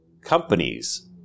companies